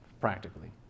practically